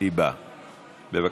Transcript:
היא באה, בבקשה.